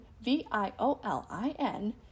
V-I-O-L-I-N